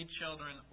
children